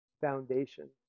foundation